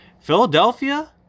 Philadelphia